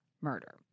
murder